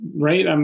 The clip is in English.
right